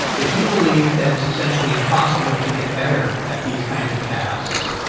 if you believe that it's essentially impossible to get better at these kinds of tasks,